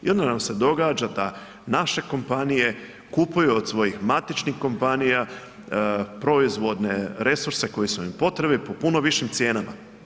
I onda nam se događa da naše kompanije kupuju od svojih matičnih kompanija proizvodne resurse koji su im potrebni po puno višim cijenama.